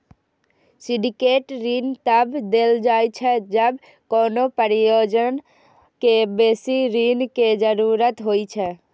syndicate ऋण तब देल जाइ छै, जब कोनो परियोजना कें बेसी ऋण के जरूरत होइ छै